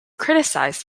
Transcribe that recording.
criticized